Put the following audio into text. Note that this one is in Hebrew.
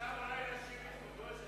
אפשר אולי לשיר לכבודו איזה שיר?